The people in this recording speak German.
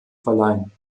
verleihen